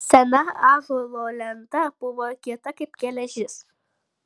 sena ąžuolo lenta buvo kieta kaip geležis